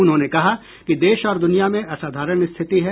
उन्होंने कहा कि देश और दुनिया में असाधारण रिथिति है